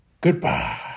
Goodbye